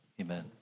Amen